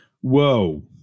Whoa